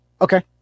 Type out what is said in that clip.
Okay